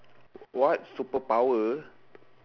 what superpower